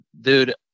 dude